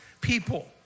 people